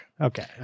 Okay